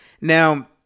Now